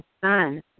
son